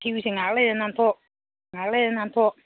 fuse ꯉꯥꯏꯍꯥꯛ ꯂꯩꯔ ꯅꯥꯟꯊꯣꯛ ꯉꯥꯏꯍꯥꯛ ꯂꯩꯔ ꯅꯥꯟꯊꯣꯛ